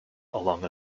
along